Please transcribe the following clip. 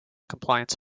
compliance